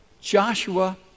Joshua